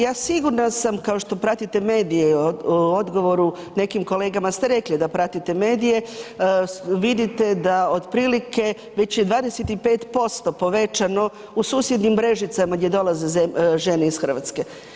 Ja sigurna sam, kao što pratite medije, odgovoru nekim kolegama ste rekli da pratite medije, vidite da otprilike, već je 25% povećano u susjednim Brežicama gdje dolaze žene iz Hrvatske.